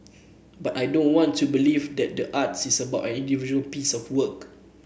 but I don't want to believe that the arts is about an individual piece of work